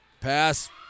Pass